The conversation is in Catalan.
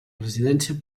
residència